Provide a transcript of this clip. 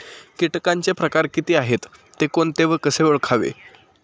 किटकांचे प्रकार किती आहेत, ते कोणते व कसे ओळखावे?